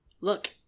Look